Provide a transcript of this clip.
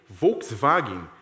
Volkswagen